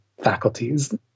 faculties